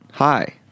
Hi